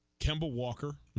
campbell walker